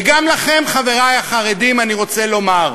וגם לכם, חברי החרדים, אני רוצה לומר,